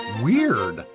Weird